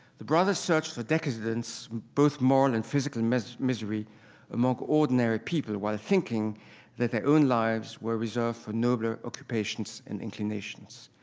the brothers searched for decadence both moral and physical misery misery among ordinary people while thinking that their own lives were reserved for nobler occupations and inclinations.